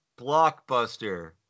Blockbuster